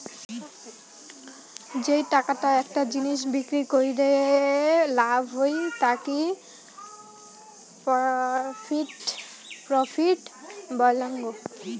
যেই টাকাটা একটা জিনিস বিক্রি কইরে লাভ হই তাকি প্রফিট বলাঙ্গ